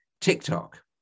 TikTok